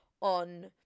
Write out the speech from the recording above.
on